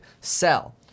sell